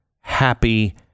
happy